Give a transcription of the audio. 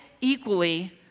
equally